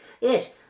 Yes